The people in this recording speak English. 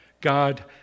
God